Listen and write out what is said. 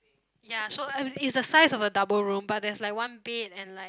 ya so uh it's a size of a double room but there's like one bed and like